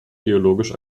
geologisch